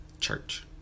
church